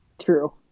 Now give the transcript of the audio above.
True